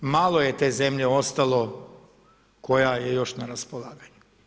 Malo je te zemlje ostalo koja je još na raspolaganju.